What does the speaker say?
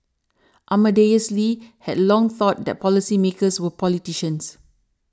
Amadeus Lee had long thought that policymakers were politicians